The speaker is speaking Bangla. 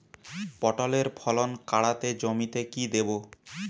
পটলের ফলন কাড়াতে জমিতে কি দেবো?